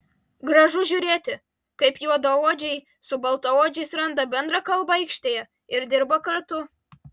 gražu žiūrėti kaip juodaodžiai su baltaodžiais randa bendrą kalbą aikštėje ir dirba kartu